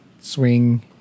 swing